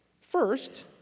First